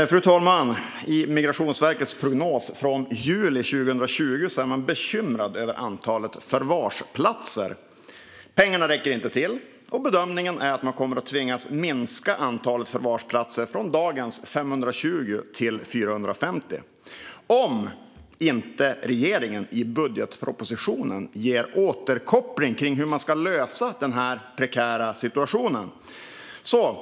Fru talman! I Migrationsverkets prognos från juli 2020 är man bekymrad över antalet förvarsplatser. Pengarna räcker inte till, och bedömningen är att man kommer att tvingas minska antalet förvarsplatser från dagens 520 till 450 om inte regeringen i budgetpropositionen ger återkoppling om hur man ska lösa denna prekära situation.